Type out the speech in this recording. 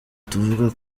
tuvuga